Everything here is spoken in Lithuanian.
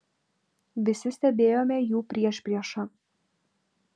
visi stebėjome jų priešpriešą